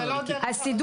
חבר